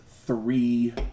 Three